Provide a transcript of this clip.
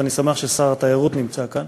ואני שמח ששר התיירות נמצא כאן,